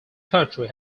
country